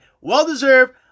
Well-deserved